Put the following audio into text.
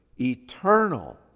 eternal